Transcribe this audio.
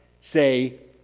say